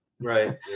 Right